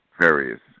various